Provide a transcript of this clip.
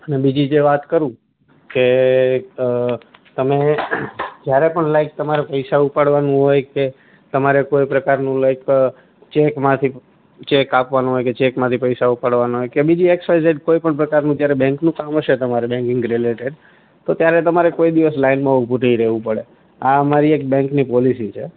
અને બીજી જે વાત કરું કે અ તમે જ્યારે પણ લાઇક તમારે પૈસા ઉપાડવાનું હોય કે તમારે કોઇ પ્રકારનું લાઇક ચેકમાંથી ચેક હોય કે ચેકમાંથી પૈસા ઉપાડવાના હોય કે બીજી એક્સ વાય ઝેડ કોઇપણ પ્રકારનું જ્યારે બેંકનું કામ હશે તમારે બેન્કિંગ રિલેટેડ તો ત્યારે તમારે કોઇ દિવસ લાઇનમાં ઉભું નહીં રહેવું પડે આ અમારી એક બેંકની પોલિસી છે